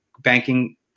banking